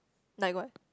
like what